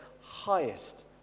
highest